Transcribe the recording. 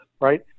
right